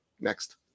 Next